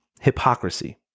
hypocrisy